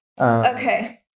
Okay